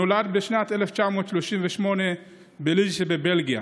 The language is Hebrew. הוא נולד בשנת 1938 בליל שבבלגיה.